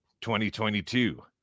2022